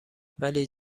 ولی